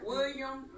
William